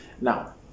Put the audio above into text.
Now